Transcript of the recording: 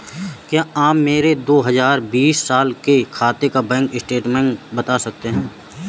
क्या आप मेरे दो हजार बीस साल के खाते का बैंक स्टेटमेंट बता सकते हैं?